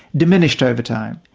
diminished over time.